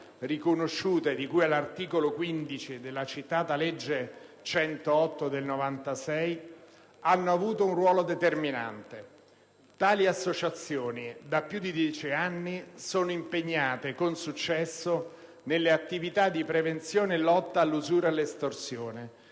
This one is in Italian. riconosciute, di cui all'articolo 15 della citata legge n. 108 del 1996, hanno avuto un ruolo determinante. Tali associazioni, da più di dieci anni, sono impegnate con successo nelle attività di prevenzione e lotta all'usura e all'estorsione,